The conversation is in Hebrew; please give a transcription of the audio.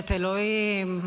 את אלוהים.